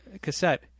cassette